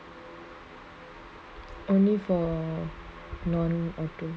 only for non auto